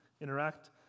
interact